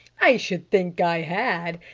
i should think i had!